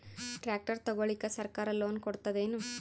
Tractor ತಗೊಳಿಕ ಸರ್ಕಾರ loan ಕೊಡತದೇನು?